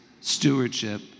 stewardship